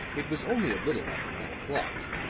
it was only a little after nine o'clock,